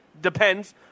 depends